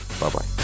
Bye-bye